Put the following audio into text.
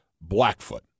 Blackfoot